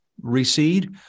recede